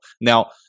Now